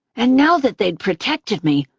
and now that they'd protected me,